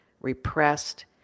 repressed